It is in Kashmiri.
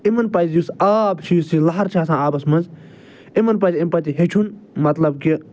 یِمن پَزِ یُس آب چھُ یُس یہِ لہر چھِ آسان آبس منٛز یِمن پَزِ اَمہِ پتہٕ یہِ ہیٚچھُن مطلب کہِ